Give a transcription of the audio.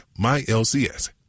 myLCS